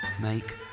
make